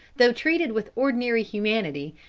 though treated with ordinary humanity,